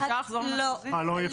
לא.